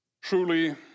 truly